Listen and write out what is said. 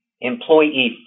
employee